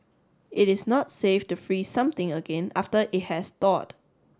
it is not safe to freeze something again after it has thawed